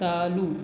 चालू